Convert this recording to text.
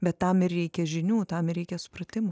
bet tam ir reikia žinių tam reikia supratimo